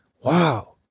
wow